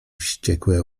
wściekłe